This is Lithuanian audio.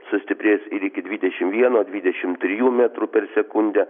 sustiprės ir iki dvidešim vieno dvidešim trijų metrų per sekundę